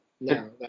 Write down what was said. No